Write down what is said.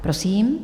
Prosím.